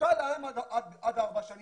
זקוקה להם עד ארבע השנים